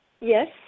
Yes